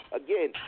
again